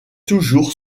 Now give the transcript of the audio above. toujours